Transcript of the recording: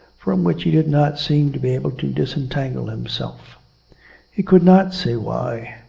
from which he did not seem to be able to disentangle himself he could not say why.